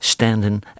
Standing